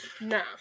No